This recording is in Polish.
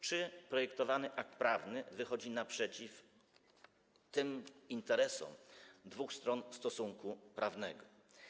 Czy projektowany akt prawny wychodzi naprzeciw interesom dwóch stron stosunku prawnego?